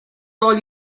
all